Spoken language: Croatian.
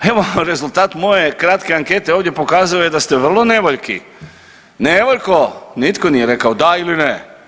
Evo, rezultat moje kratke ankete ovdje pokazuje da ste vrlo nevoljki, nevoljko nitko nije rekao da ili ne.